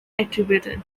attributed